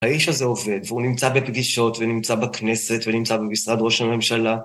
האיש הזה עובד, והוא נמצא בפגישות, ונמצא בכנסת, ונמצא במשרד ראש הממשלה.